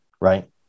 right